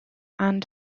and